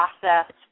process